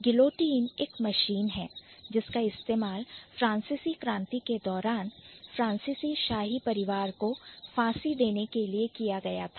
Guillotine एक machine है जिसका इस्तेमाल फ्रांसीसी क्रांति के दौरान फ्रांसीसी शाही परिवार को फांसी देने के लिए किया गया था